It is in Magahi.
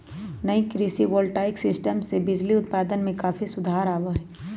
नई कृषि वोल्टाइक सीस्टम से बिजली उत्पादन में काफी सुधार आवा हई